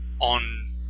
on